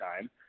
time